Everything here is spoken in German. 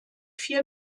vier